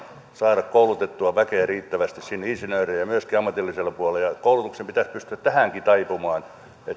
saada koulutettua väkeä riittävästi siellä insinöörejä myöskin ammatillisella puolella koulutuksen pitäisi pystyä tähänkin taipumaan että se